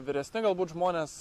vyresni galbūt žmonės